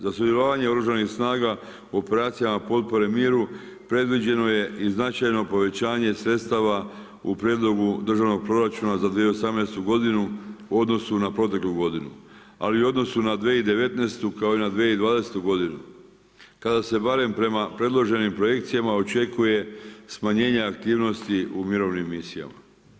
Za sudjelovanje Oružanih snaga u operacijama potpore miru predviđeno je i značajno povećanje sredstava u prijedlogu državnog proračuna za 2018. godinu u odnosu na proteklu godinu ali i u odnosu na 2019. kao i na 2020. godinu kada se barem prema predloženim projekcijama očekuje smanjenje aktivnosti u mirovnim misijama.